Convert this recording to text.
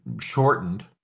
shortened